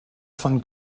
von